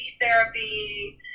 therapy